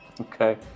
Okay